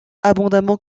abondamment